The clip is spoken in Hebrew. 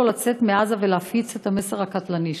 לצאת מעזה ולהפיץ את המסר הקטלני שלו.